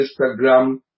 Instagram